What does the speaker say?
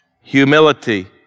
humility